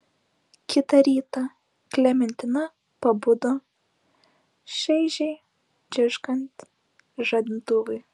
kitą rytą klementina pabudo šaižiai čirškiant žadintuvui